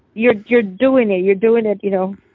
you're you're doin' it. you're doin' it, you know.